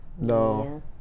No